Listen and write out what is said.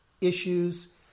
issues